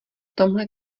tomhle